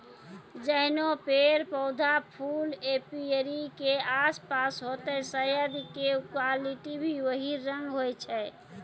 जैहनो पेड़, पौधा, फूल एपीयरी के आसपास होतै शहद के क्वालिटी भी वही रंग होय छै